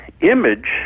image